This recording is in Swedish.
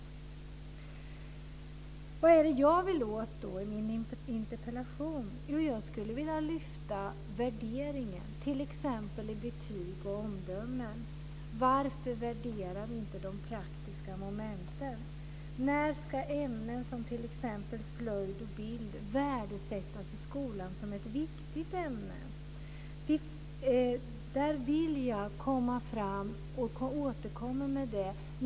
Vad är det då jag vill åt i min interpellation? Jag skulle vilja lyfta fram värderingen av dessa ämnen i t.ex. betyg och omdömen. Varför värderar vi inte de praktiska momenten högre? När ska ämnen som t.ex. slöjd och bild värdesättas och betraktas som viktiga ämnen i skolan? Det vill jag veta, och jag återkommer till det.